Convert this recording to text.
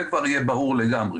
זה כבר יהיה ברור לגמרי,